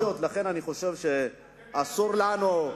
תודה, תודה.